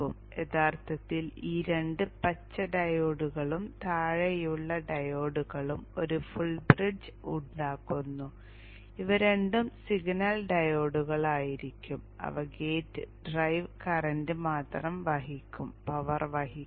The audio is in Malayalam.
യഥാർത്ഥത്തിൽ ഈ രണ്ട് പച്ച ഡയോഡുകളും താഴെയുള്ള ഡയോഡുകളും ഒരു ഫുൾ ബ്രിഡ്ജ് ഉണ്ടാക്കുന്നു ഇവ രണ്ടും സിഗ്നൽ ഡയോഡുകളായിരിക്കും അവ ഗേറ്റ് ഡ്രൈവ് കറന്റ് മാത്രം വഹിക്കും പവർ വഹിക്കില്ല